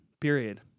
period